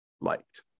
liked